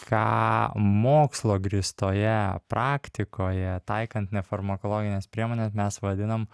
ką mokslu grįstoje praktikoje taikant nefarmakologines priemones mes vadinam